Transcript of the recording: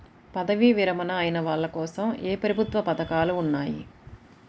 పదవీ విరమణ అయిన వాళ్లకోసం ఏ ప్రభుత్వ పథకాలు ఉన్నాయి?